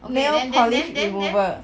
nail polish remover